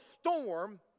storm